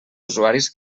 usuaris